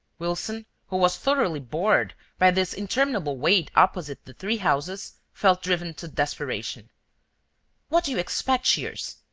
wilson, who was thoroughly bored by this interminable wait opposite the three houses, felt driven to desperation what do you expect, shears?